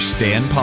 Stan